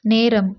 நேரம்